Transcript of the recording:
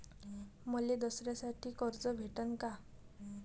मले दसऱ्यासाठी कर्ज भेटन का?